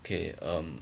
okay um